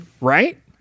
Right